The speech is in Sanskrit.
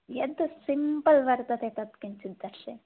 यद् सिम्पल् वर्तते तद् किञ्चिद्दर्शयन्तु